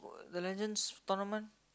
the Legends tournament